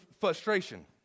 frustration